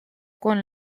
con